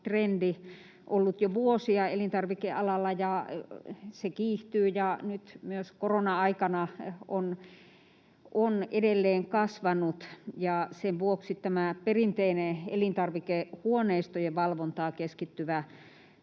trendi, ollut jo vuosia elintarvikealalla, ja se kiihtyy ja nyt myös korona-aikana on edelleen kasvanut, ja sen vuoksi tämä perinteinen elintarvikehuoneistojen valvontaan keskittyvä